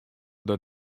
der